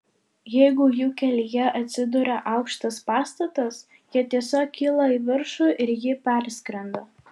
jeigu jų kelyje atsiduria aukštas pastatas jie tiesiog kyla į viršų ir jį perskrenda